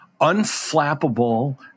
unflappable